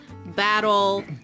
battle